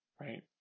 Right